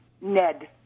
Ned